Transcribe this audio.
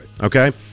Okay